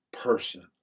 person